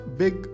big